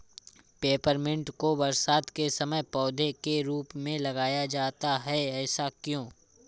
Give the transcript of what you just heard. Peppermint को बरसात के समय पौधे के रूप में लगाया जाता है ऐसा क्यो?